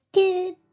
good